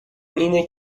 اینه